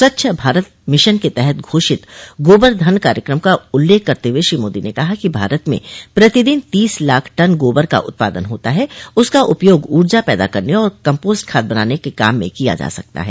स्वच्छ भारत मिशन के तहत घोषित गोबर धन कार्यक्रम का उल्लेख करते हुए श्री मोदी ने कहा कि भारत में प्रतिदिन तीस लाख टन गोबर का उत्पादन होता है उसका उपयोग ऊर्जा पैदा करने और कम्पोस्ट खाद बनाने के काम में किया जा सकता है